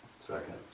Second